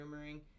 rumoring